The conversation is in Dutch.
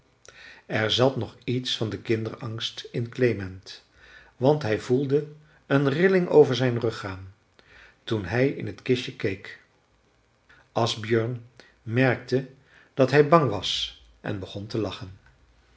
er zat nog iets van den kinderangst in klement want hij voelde een rilling over zijn rug gaan toen hij in het kistje keek asbjörn merkte dat hij bang was en begon te lachen